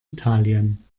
italien